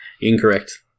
Incorrect